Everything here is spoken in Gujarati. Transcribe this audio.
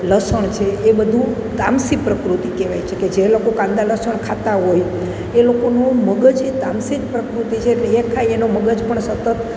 લસણ છે એ બધુ તામસી પ્રકૃતિ કહેવાય છે કે જે લોકો કાંદા લસણ ખાતા હોય એ લોકોનું મગજ એ તામસિક પ્રકૃતિ છે તે એ ખાય એનો મગજ પણ સતત